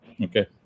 okay